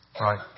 right